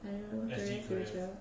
um career future